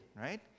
right